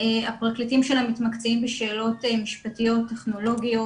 הפרקליטים שלה מתמקצעים בשאלות משפטיות טכנולוגיות